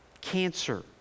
cancer